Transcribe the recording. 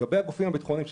לגבי הגופים הביטחוניים,